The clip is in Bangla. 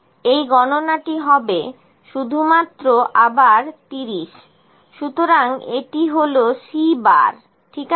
এই গণনাটি হবে আবার শুধুমাত্র 30 সুতরাং এটি হলো C ঠিক আছে